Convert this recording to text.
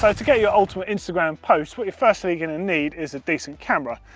but to get your ultimate instagram posts, what you're firstly going to need is a decent camera.